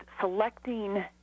selecting